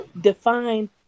define